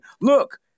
Look